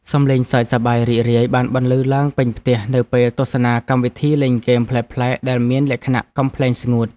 សម្លេងសើចសប្បាយរីករាយបានបន្លឺឡើងពេញផ្ទះនៅពេលទស្សនាកម្មវិធីលេងហ្គេមប្លែកៗដែលមានលក្ខណៈកំប្លែងស្ងួត។